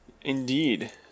Indeed